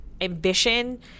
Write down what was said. ambition